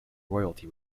royalty